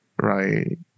right